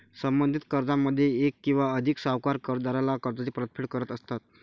संबंधित कर्जामध्ये एक किंवा अधिक सावकार कर्जदाराला कर्जाची परतफेड करत असतात